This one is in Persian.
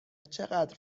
چقدر